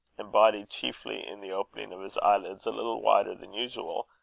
embodied chiefly in the opening of his eyelids a little wider than usual,